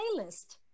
playlist